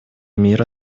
мира